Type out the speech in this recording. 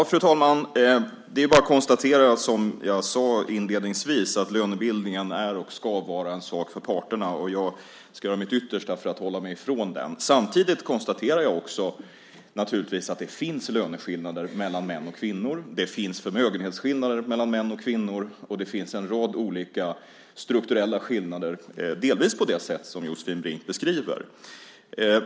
Fru talman! Det är bara konstatera, som jag sade inledningsvis, att lönebildningen är, och ska vara, en sak för parterna. Jag ska göra mitt yttersta för att hålla mig ifrån den. Samtidigt konstaterar jag naturligtvis också att det finns löneskillnader mellan män och kvinnor, att det finns förmögenhetsskillnader mellan män och kvinnor och att det finns en rad olika strukturella skillnader, delvis på det sätt som Josefin Brink beskriver.